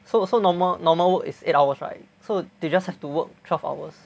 so so normal normal work is eight hours right so they just have to work twelve hours